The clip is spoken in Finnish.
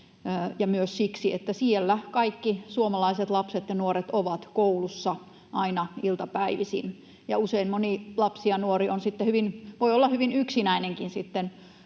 myös siksi, että siellä kaikki suomalaiset lapset ja nuoret ovat, koulussa, aina iltapäivisin. Usein moni lapsi ja nuori voi olla hyvin yksinäinenkin